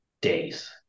days